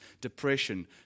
depression